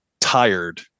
tired